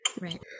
Right